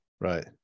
right